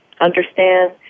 understand